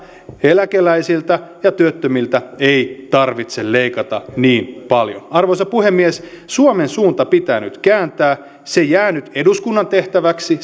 eläkeläisiltä ja työttömiltä ei tarvitse leikata niin paljon arvoisa puhemies suomen suunta pitää nyt kääntää se jää nyt eduskunnan tehtäväksi